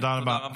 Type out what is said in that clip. תודה רבה.